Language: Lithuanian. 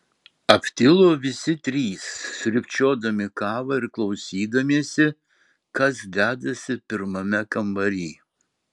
aptilo visi trys sriubčiodami kavą ir klausydamiesi kas dedasi pirmame kambary